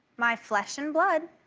my flesh and blood.